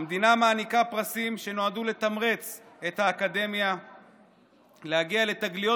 המדינה מעניקה פרסים שנועדו לתמרץ את האקדמיה להגיע לתגליות